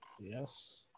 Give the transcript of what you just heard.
yes